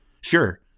Sure